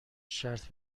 شرط